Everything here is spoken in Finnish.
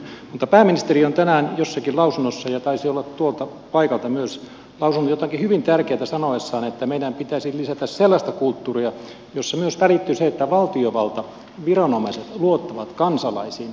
mutta pääministeri on tänään jossakin lausunnossa ja taisi olla tuolta paikalta myös lausunut jotain hyvin tärkeätä sanoessaan että meidän pitäisi lisätä sellaista kulttuuria jossa myös välittyy se että valtiovalta viranomaiset luottavat kansalaisiin